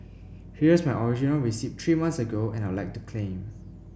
here's my original receipt three months ago and I'd like to claim